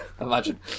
imagine